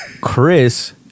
Chris